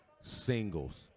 singles